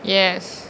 yes